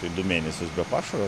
tai du mėnesius be pašaro